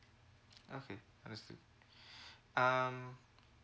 okay understood um